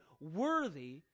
Worthy